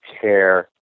care